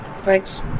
Thanks